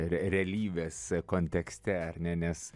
re realybės kontekste ar ne nes